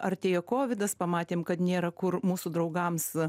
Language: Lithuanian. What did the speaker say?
artėja kovidas pamatėm kad nėra kur mūsų draugams